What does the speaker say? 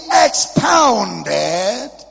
expounded